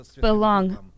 belong